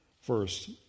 first